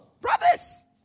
brothers